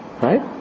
Right